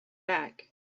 back